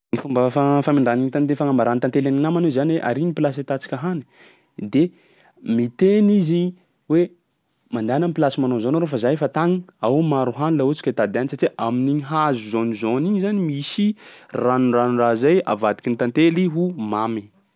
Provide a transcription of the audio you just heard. Ny fomba fa- famindran'ny tante- fagnambaran'ny tantely gny namany hoe zany hoe ary ny plasy ahitantsika hany de miteny izy hoe mandehana am'plasy manao an'izao nareo fa zah efa tagny, ao maro hany laha ohatsy ka hitady hany satsia amin'igny hazo jaune jaune igny zany misy ranon-dranon-draha zay avadiky ny tantely ho mamy.